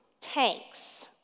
tanks